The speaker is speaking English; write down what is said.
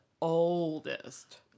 oldest